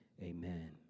amen